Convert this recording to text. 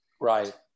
Right